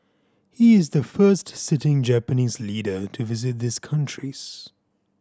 he is the first sitting Japanese leader to visit these countries